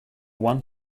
want